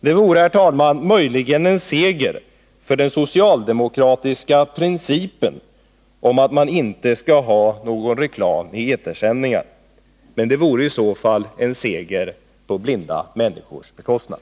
Det vore, herr talman, möjligen en seger för den socialdemokratiska principen om att man inte skall ha någon reklam i etersändningar, men det vore i så fall en seger på blinda människors bekostnad.